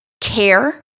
care